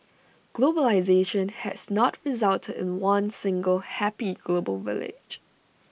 globalisation has not resulted in one single happy global village